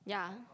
yeah